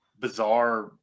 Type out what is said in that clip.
bizarre